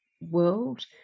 world